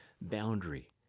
boundary